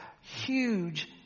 huge